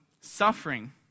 suffering